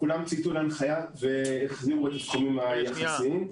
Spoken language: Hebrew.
כולם צייתו להנחיה והחזירו את הסכומים היחסיים.